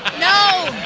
no!